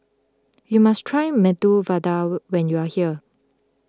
you must try Medu Vada when you are here